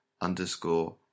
underscore